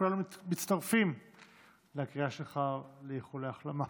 כולנו מצטרפים לקריאה שלך לאיחולי החלמה.